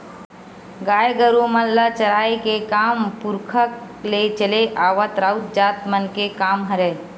गाय गरु मन ल चराए के काम पुरखा ले चले आवत राउत जात मन के काम हरय